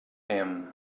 him